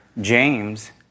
James